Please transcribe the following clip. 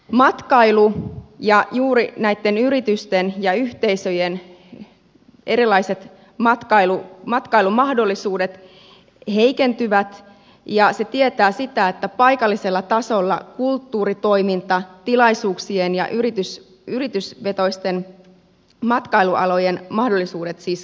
matkailu ja juuri näitten yritysten ja yhteisöjen erilaiset matkailumahdollisuudet heikentyvät ja se tietää sitä että paikallisella tasolla kulttuuritoiminta tilaisuuksien ja yritysvetoisten matkailualojen mahdollisuudet siis kärsivät